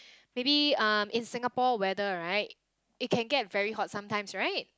maybe um in Singapore weather right it can get very hot sometimes right